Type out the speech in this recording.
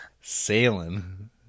sailing